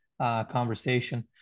conversation